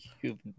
human